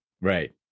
Right